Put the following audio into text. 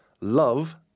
love